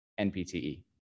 NPTE